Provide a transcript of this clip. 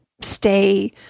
stay